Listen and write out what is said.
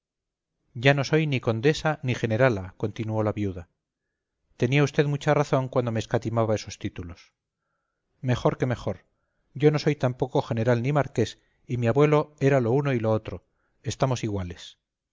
ya no soy ni condesa ni generala continuó la viuda tenía usted mucha razón cuando me escatimaba esos títulos mejor que mejor yo no soy tampoco general ni marqués y mi abuelo era lo uno y lo otro estamos iguales